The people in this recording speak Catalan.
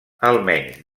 almenys